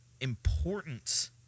important